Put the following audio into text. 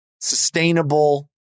sustainable